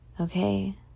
okay